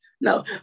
no